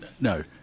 No